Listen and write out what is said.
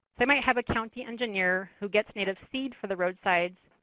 they might have a county engineer who gets native seed for the roadsides,